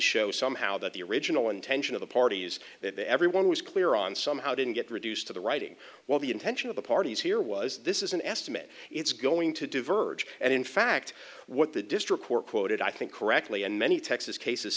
show somehow that the original intention of the parties that everyone was clear on somehow didn't get reduced to the writing well the intention of the parties here was this is an estimate it's going to diverge and in fact what the district court quoted i think correctly and many texas cases